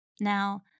Now